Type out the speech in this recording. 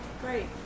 Great